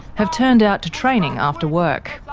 have turned out to training after work.